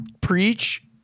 preach